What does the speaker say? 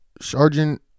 Sergeant